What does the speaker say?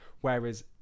Whereas